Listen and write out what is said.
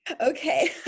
Okay